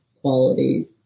qualities